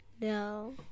No